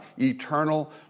eternal